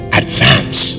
advance